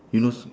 who knows